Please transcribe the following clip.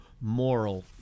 moral